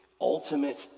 ultimate